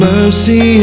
mercy